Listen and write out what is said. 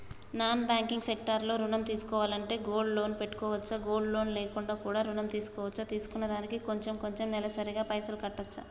Non banking sector లో ఋణం తీసుకోవాలంటే గోల్డ్ లోన్ పెట్టుకోవచ్చా? గోల్డ్ లోన్ లేకుండా కూడా ఋణం తీసుకోవచ్చా? తీసుకున్న దానికి కొంచెం కొంచెం నెలసరి గా పైసలు కట్టొచ్చా?